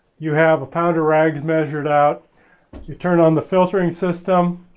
you have a pound of rags measured out you turn on the filtering system,